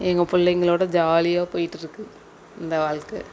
எங்கள் பிள்ளைங்களோட ஜாலியாக போய்ட்டுருக்கு இந்த வாழ்க்கை